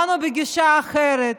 באנו בגישה אחרת,